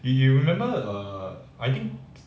you you remember err I think